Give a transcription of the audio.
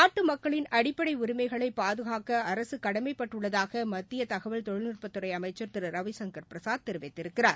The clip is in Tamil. நாட்டு மக்களின் அடிப்படை உரிமைகளை பாதுகாக்க அரசு கடைமைப்பட்டுள்ளதாக மத்திய தகவல் தொழில்நுட்பத்துறை அமைச்சர் ரவிசங்கர் பிரசாத் தெரிவித்திருக்கிறார்